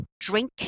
drink